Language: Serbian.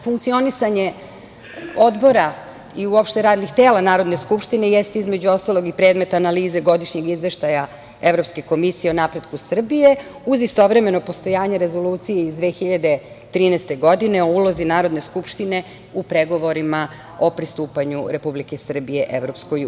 Funkcionisanje odbora i uopšte radnih tela Narodne skupštine jeste, između ostalog, i predmet analize godišnjeg izveštaja o napretku Srbije, uz istovremeno postojanje Rezolucije iz 2013. godine o ulozi Narodne skupštine u pregovorima o pristupanju Republike Srbije EU.